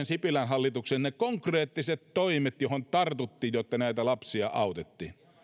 sipilän hallituksen konkreettiset toimet joihin tartuttiin jotta näitä lapsia autettiin